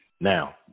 Now